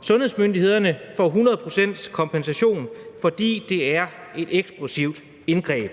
sundhedsmyndighederne, får 100 pct. kompensation, fordi det er et eksplosivt indgreb.